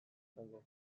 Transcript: izango